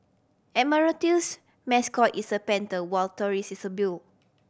admiralty's mascot is a panther while Taurus is a bill